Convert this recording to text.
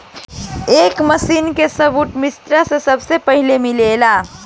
ए machine के सबूत मिस्र में सबसे पहिले मिलल